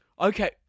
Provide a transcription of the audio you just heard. Okay